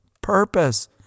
Purpose